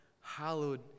hallowed